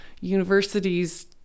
Universities